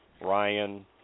Ryan